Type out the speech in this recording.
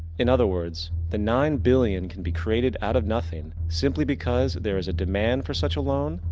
in other words, the nine billion can be created out of nothing. simply because there is a demand for such a loan,